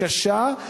קשה,